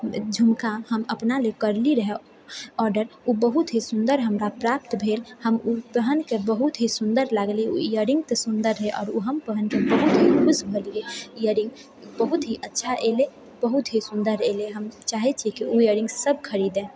झुमका हम अपना लए करली रहए ऑर्डर ओ बहुत ही सुन्दर हमरा प्राप्त भेल हम ओ पहनके बहुत ही सुन्दर लागलै ओ इयररिंग तऽ सुन्दर रहै आओर ओ हम पहनके बहुत खुश भेलिऐ इयररिंग बहुत ही अच्छा एलै बहुत ही सुन्दर एलै हम चाहै छिऐ कि ओ इयररिंग सब खरीदए